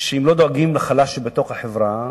שאם לא דואגים לחלש שבתוך החברה,